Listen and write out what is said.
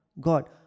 God